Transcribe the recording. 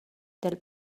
del